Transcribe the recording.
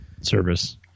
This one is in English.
service